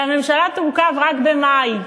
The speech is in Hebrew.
והממשלה תורכב רק במאי.